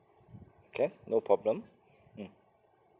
can no problem mm